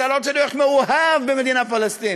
אתה לא צריך להיות מאוהב במדינה פלסטינית,